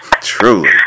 Truly